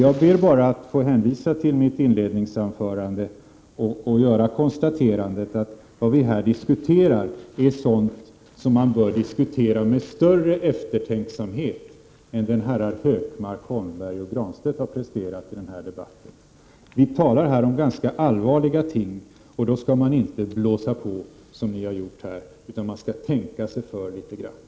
Jag ber att få hänvisa till mitt inledningsanförande och göra konstaterandet att vad vi här diskuterar är sådant som man bör diskutera med större eftertänksamhet än den herrar Hökmark, Holmberg och Granstedt har presterat i den här debatten. Vi talar här om ganska allvarliga ting, och då skall man inte ”blåsa på” som ni har gjort, utan man skall tänka sig för litet grand.